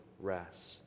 rest